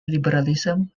liberalism